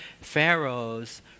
Pharaoh's